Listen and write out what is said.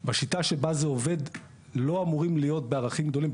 בשיטה שבה זה עובד לא אמורים להיות בערכים גדולים.